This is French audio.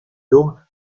dôme